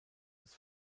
das